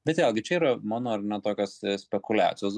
bet vėlgi čia yra mano ar ne tokios spekuliacijos